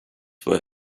were